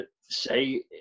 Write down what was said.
say